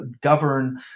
govern